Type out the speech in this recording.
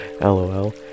lol